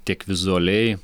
tiek vizualiai